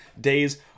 days